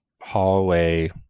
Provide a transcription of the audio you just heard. hallway